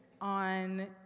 on